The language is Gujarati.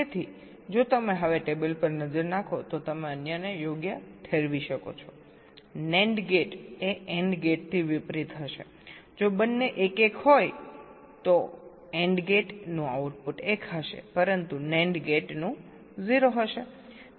તેથી જો તમે હવે ટેબલ પર નજર નાખો તો તમે અન્યને યોગ્ય ઠેરવી શકો છોNAND ગેટ એ AND ગેટ થી વિપરીત હશે જો બંને 1 1 હોય તો AND ગેટ નું આઉટપુટ 1 હશે પરંતુ NAND ગેટ 0 હશે